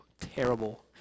terrible